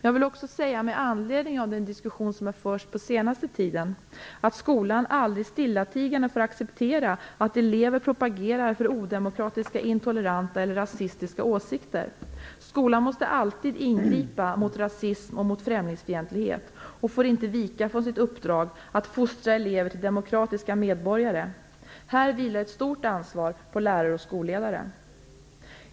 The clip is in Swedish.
Jag vill också, med anledning av den debatt som har förts under den senaste tiden, säga att skolan aldrig stillatigande får acceptera att elever propagerar för odemokratiska, intoleranta eller rasistiska åsikter. Skolan måste alltid ingripa mot rasism och främlingsfientlighet och får inte vika från sitt uppdrag att fostra elever till demokratiska medborgare. Här vilar ett stort ansvar på lärare och skolledare.